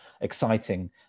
exciting